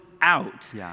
out